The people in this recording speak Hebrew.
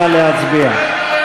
נא להצביע.